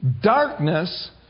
Darkness